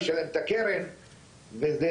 ישלם את הקרן וזה